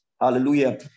hallelujah